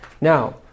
Now